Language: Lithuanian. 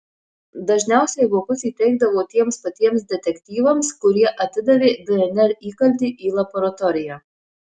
dažniausiai vokus įteikdavo tiems patiems detektyvams kurie atidavė dnr įkaltį į laboratoriją